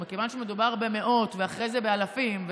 מכיוון שמדובר במאות ואחרי זה באלפים,